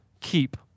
keep